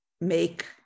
make